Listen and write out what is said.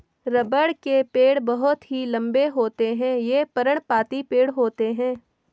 रबड़ के पेड़ बहुत ही लंबे होते हैं ये पर्णपाती पेड़ होते है